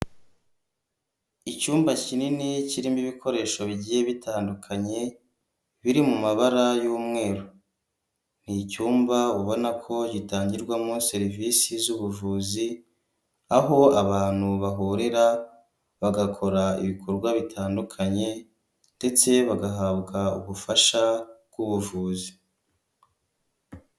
Icyumba kinini kirimo ibikoresho bigiye bitandukanye biri mu mabara y'umweru, ni icyumba ubona ko gitangirwamo serivisi z'ubuvuzi aho abantu bahurira bagakora ibikorwa bitandukanye ndetse bagahabwa ubufasha bw'ubuvuzi.